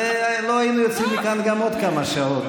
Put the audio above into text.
לא היינו יוצאים מכאן גם עוד כמה שעות,